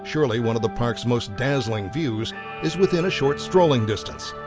surely one of the parks most dazzling views is within a short strolling distance.